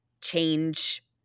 change